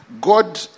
God